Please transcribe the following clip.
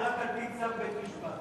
זה רק על-פי צו בית-משפט.